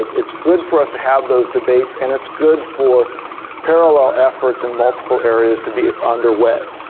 it's good for us to have those debates, and it's good for parallel efforts in multiple areas to be underway.